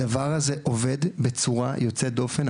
הדבר הזה עובד בצורה יוצאת דופן,